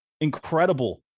incredible